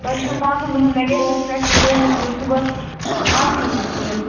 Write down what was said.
تۅہہِ چھُو پانٛژن دۄہن وکیٚشنس پٮ۪ٹھ تہٕ تُہۍ ہیٚکِو صُبحس اَزٕے ہٮ۪تھ یِتھ